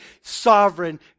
sovereign